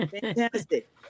fantastic